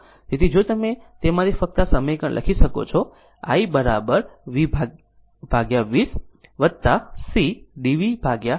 તેથી જો તમે તેમાંથી ફક્ત આ સમીકરણ લખી શકો છો કે i v 20 c d v d t